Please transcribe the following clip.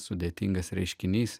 sudėtingas reiškinys